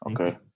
okay